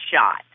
shot